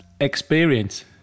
experience